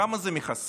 כמה זה מכסה?